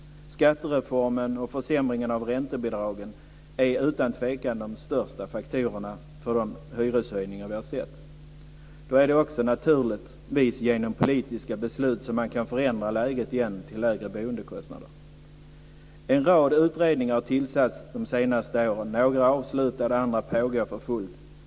Skattereformen och försämringen av räntebidragen är utan tvivel de största faktorerna för de hyreshöjningar vi har sett. Då är det också naturligtvis genom politiska beslut som läget kan förändras igen till lägre boendekostnader. En rad utredningar har tillsatts de senaste åren. Några är avslutade, och andra pågår för fullt.